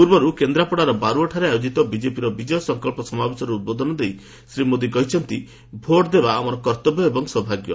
ପୂର୍ବରୁ କେନ୍ଦ୍ରାପଡ଼ାର ବାରୁଅଠାରେ ଆୟୋଜିତ ବିଜେପିର ବିଜୟ ସଂକଳ୍ପ ସମାବେଶରେ ଉଦ୍ବୋଧନ ଦେଇ ଶ୍ରୀ ମୋଦି କହିଛନ୍ତି ଭୋଟ୍ ଦେବାର ଆମର କର୍ତ୍ତବ୍ୟ ଏବଂ ସୌଭାଗ୍ୟ